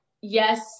yes